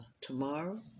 tomorrow